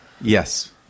Yes